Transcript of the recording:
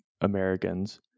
Americans